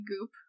goop